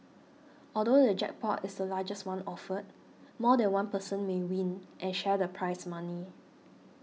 although the jackpot is the largest one offered more than one person may win and share the prize money